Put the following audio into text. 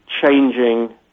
changing